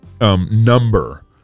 Number